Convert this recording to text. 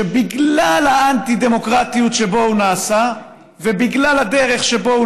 שבגלל האנטי-דמוקרטיות שבה הוא נעשה ובגלל הדרך שבה הוא